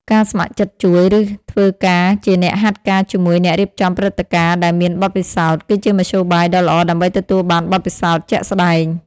ការ ស្ម័គ្រចិត្តជួយ ឬធ្វើការជាអ្នកហាត់ការជាមួយអ្នករៀបចំព្រឹត្តិការណ៍ដែលមានបទពិសោធន៍ គឺជាមធ្យោបាយដ៏ល្អដើម្បីទទួលបានបទពិសោធន៍ជាក់ស្តែង។